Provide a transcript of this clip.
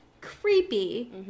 creepy